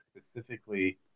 specifically